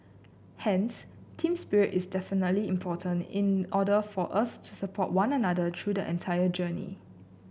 hence team spirit is definitely important in order for us to support one another through the entire journey